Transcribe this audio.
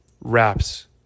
wraps